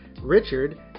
Richard